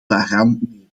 daaraan